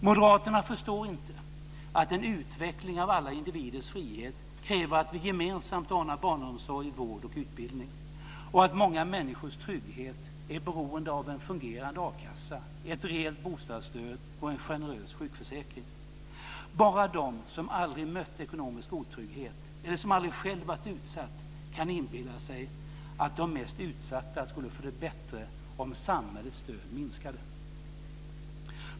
Moderaterna förstår inte att en utveckling av alla individers frihet kräver att vi gemensamt ordnar barnomsorg, vård och utbildning, och att många människors trygghet är beroende av en fungerande akassa, ett reellt bostadsstöd och en generös sjukförsäkring. Bara de som aldrig mött ekonomisk otrygghet eller som aldrig själv varit utsatta kan inbilla sig att de mest utsatta skulle få det bättre om samhällets stöd minskade.